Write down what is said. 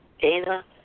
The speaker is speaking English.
Dana